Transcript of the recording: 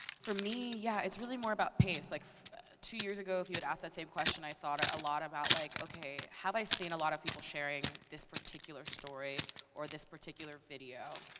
for me, yeah, it's really more about pace. like two years ago, if you had asked that same question, i thought a lot about, like okay, have i seen a lot of people sharing this particular story or this particular video?